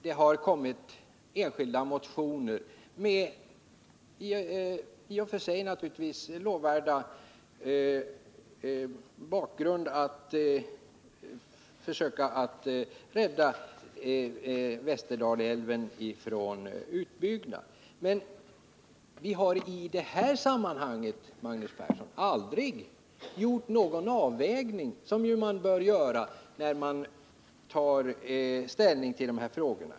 Det har väckts enskilda motioner med det naturligtvis i och för sig lovvärda syftet att försöka rädda Västerdalälven från utbyggnad. Men vi har i det här sammanhanget, Magnus Persson, aldrig gjort någon avvägning, som man bör göra när man skall ta ställning till dessa frågor.